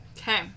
Okay